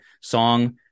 song